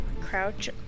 crouch